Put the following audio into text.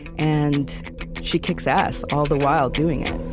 and she kicks ass all the while doing it